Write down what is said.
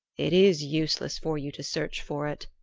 it is useless for you to search for it,